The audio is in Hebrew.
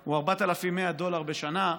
היא 4,100 דולר בשנה,